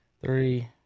Three